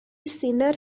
sinner